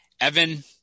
Evan